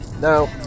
Now